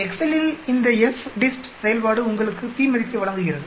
எக்செல்லில் இந்த FDIST செயல்பாடு உங்களுக்கு p மதிப்பை வழங்குகிறது